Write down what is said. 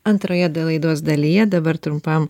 antroje laidos dalyje dabar trumpam